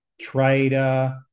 trader